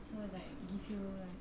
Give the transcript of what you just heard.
so it's like give you like